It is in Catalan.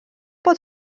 pot